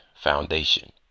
Foundation